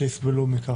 שהיא סגירת השמיים.